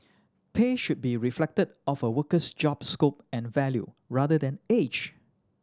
pay should be reflected of a worker's job scope and value rather than age